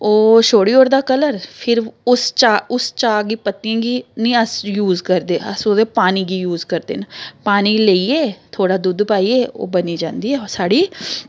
ओह् छोड़ी ओड़दा कलर फिर उस चाह् उस चाह् गी पत्तियें गी निं अस यूज करदे अस उ'दे पानी गी यूज करदे न पानी गी लेइयै थोह्ड़ा दुद्ध पाइयै ओह् बनी जांदी साढ़ी